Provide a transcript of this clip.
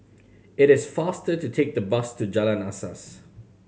it is faster to take the bus to Jalan Asas